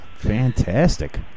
fantastic